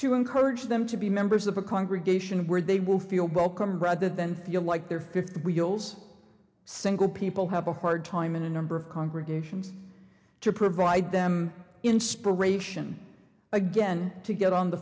to encourage them to be members of a congregation where they will feel welcome rather than feel like their fifth wheels single people have a hard time in a number of congregations to provide them inspiration again to get on the